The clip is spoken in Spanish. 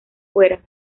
fuera